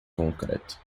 concreto